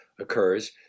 occurs